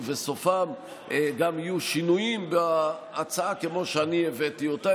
ובסופם גם יהיו שינויים בהצעה כמו שאני הבאתי אותה.